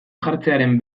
jartzearen